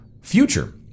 future